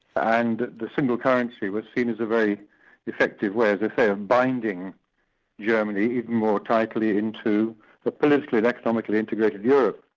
and the single currency was seen as a very effective way, but as of binding germany even more tightly into the political and economically integrated europe.